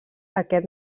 aquest